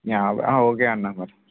okay Anna